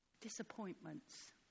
Disappointments